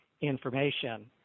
information